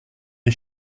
des